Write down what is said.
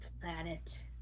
planet